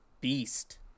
beast